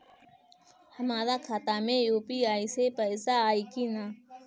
हमारा खाता मे यू.पी.आई से पईसा आई कि ना?